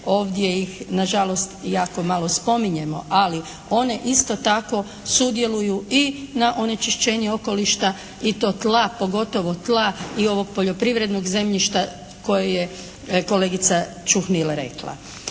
Ovdje ih na žalost jako malo spominjemo ali one isto tako sudjeluju i na onečišćenje okoliša i to tla, pogotovo tla i ovog poljoprivrednog zemljišta koje je kolegica Čuhnil rekla.